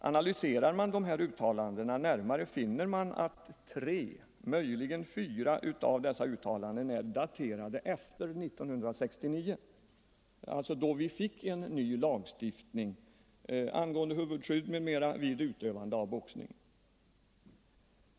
Analyserar man dessa uttalanden närmare finner man emellertid att tre eller möjligen fyra av dem är daterade efter 1969, då vi fick en ny lagstiftning angående huvudskydd m.m. vid utövande av boxning.